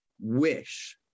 wish